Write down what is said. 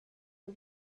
the